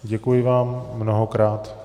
Děkuji vám mnohokrát.